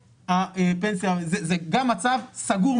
זה גם מצב סגור,